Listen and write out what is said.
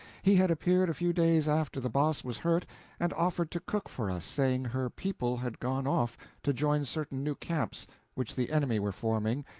he had appeared a few days after the boss was hurt and offered to cook for us, saying her people had gone off to join certain new camps which the enemy were forming,